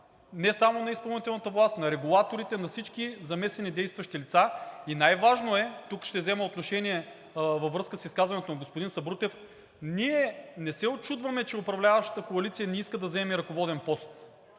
не само на изпълнителната власт, на регулаторите, на всички замесени действащи лица. Най-важно е, тук ще взема отношение във връзка с изказването на господин Сабрутев, ние не се учудваме, че управляващата коалиция не иска да заеме ръководен пост.